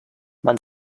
man